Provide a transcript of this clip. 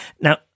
Now